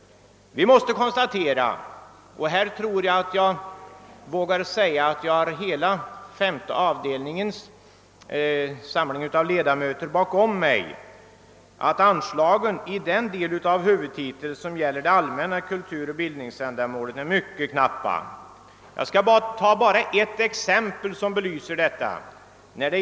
Vi måste konstatera — och härvidlag tror jag att jag vågar säga att femte avdelningens samtliga ledamöter står bakom mig — att anslagen i den del av huvudtiteln som gäller allmänna kulturoch bildningsändamål är mycket knappa. Jag skall bara nämna ett exempel som belyser detta.